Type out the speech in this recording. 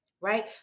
Right